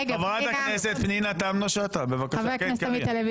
חבר הכנסת עמית הלוי,